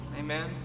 Amen